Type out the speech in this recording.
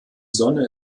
sonne